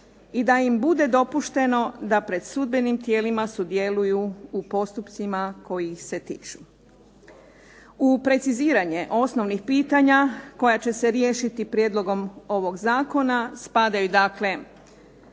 i da im bude dopušteno da pred sudbenim tijelima sudjeluju u postupcima koji ih se tiču. U preciziranje osnovnih pitanja koja će se riješiti prijedlogom ovog zakona spadaju dakle